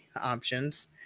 options